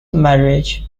marriage